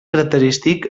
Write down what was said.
característic